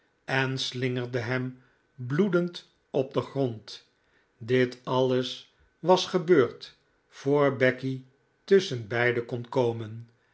en slingerde hem bloedend op den grond dit alles was gebeurd voor becky tusschenbeide kon komen